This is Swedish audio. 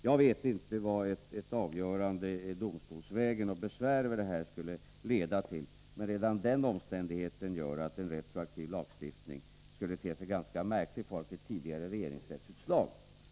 Jag vet inte vad ett avgörande domstolsbesvär i det här fallet skulle leda till, men en retroaktiv lagstiftning skulle te sig ganska märklig i förhållande till ett tidigare regeringsrättsutslag.